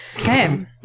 Okay